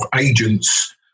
agents